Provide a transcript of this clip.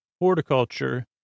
horticulture